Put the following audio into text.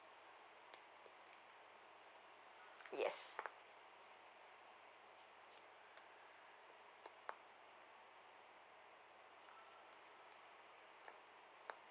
yes